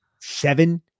seven